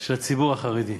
של הציבור החרדי.